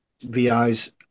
VIs